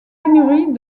pénurie